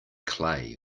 clay